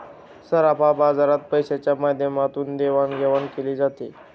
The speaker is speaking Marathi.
सराफा बाजारात पैशाच्या माध्यमातून देवाणघेवाण केली जाते